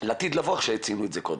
לעתיד לבוא כפי שהציגו קודם,